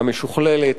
המשוכללת,